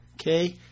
okay